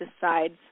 Decides